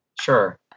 Sure